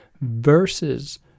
versus